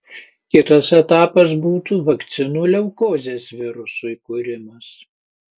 kitas etapas būtų vakcinų leukozės virusui kūrimas